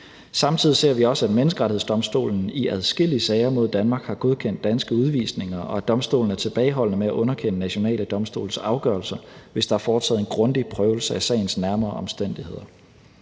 Samtidig ser vi også, at Menneskerettighedsdomstolen i adskillige sager mod Danmark har godkendt de danske udvisninger, og at domstolen er tilbageholdende med at underkende nationale domstolsafgørelser, hvis der er foretaget en grundig prøvelse af sagens nærmere omstændigheder.